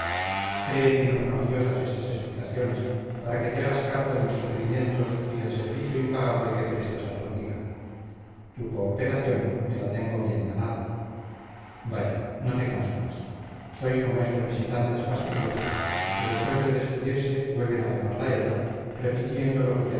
cree que no son ociosas estas explicaciones para que te hagas cargo de mis sufrimientos y del servicio impagable que prestas a tu amiga tu cooperación me la tengo bien ganada vaya no te canso más soy como esos visitantes fastidiosos que después de despedirse vuelven a pegar la hebra repitiendo lo que ya